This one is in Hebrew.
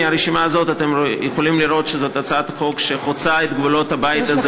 מהרשימה הזאת אתם יכולים לראות שזאת הצעת חוק שחוצה את גבולות הבית הזה,